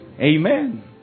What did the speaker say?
Amen